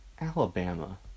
Alabama